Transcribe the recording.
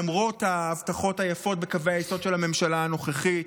למרות ההבטחות היפות בקווי היסוד של הממשלה הנוכחית